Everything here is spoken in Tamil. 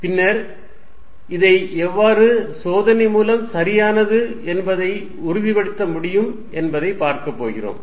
பின்னர் இதை எவ்வாறு சோதனை மூலம் சரியானது என்பதை உறுதிப்படுத்த முடியும் என்பதைப் பார்க்கப்போகிறோம்